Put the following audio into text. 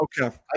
okay